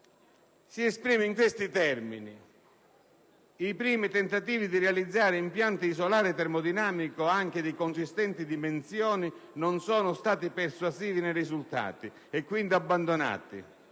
si esprime in questi termini: «...i primi tentativi di realizzare impianti di solare termodinamico anche di consistenti dimensioni... non sono stati persuasivi nei risultati e quindi abbandonati...